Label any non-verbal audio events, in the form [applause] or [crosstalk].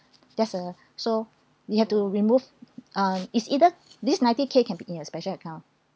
that's uh [breath] so you have to remove uh is either this ninety K can be in your special account